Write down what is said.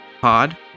pod